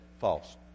false